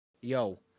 yo